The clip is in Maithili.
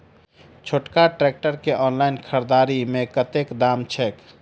छोटका ट्रैक्टर केँ ऑनलाइन खरीददारी मे कतेक दाम छैक?